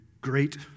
great